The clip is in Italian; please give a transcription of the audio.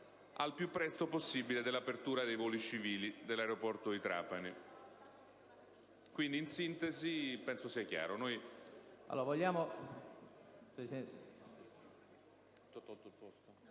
al più presto possibile l'apertura ai voli civili dell'aeroporto di Trapani